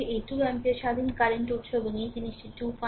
এই 2 এম্পিয়ার স্বাধীন কারেন্ট উত্স এবং এই জিনিসটি 2 পান